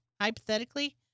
hypothetically